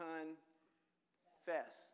Confess